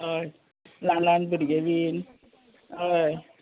हय ल्हान ल्हान भुरगे बीन हय